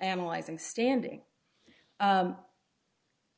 analyzing standing